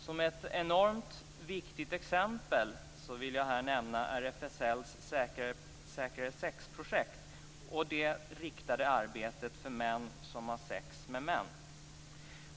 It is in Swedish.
Som enormt viktiga exempel vill jag här nämna RFSL:s säkrare-sex-projekt och det riktade arbetet för män som har sex med män.